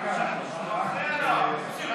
אדוני היושב-ראש,